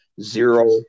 zero